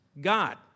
God